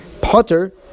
potter